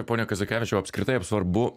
ponia kazakevičiau apskritai ap svarbu